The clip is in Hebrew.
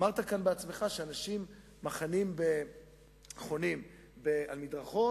אמרת כאן בעצמך שאנשים חונים על מדרכות.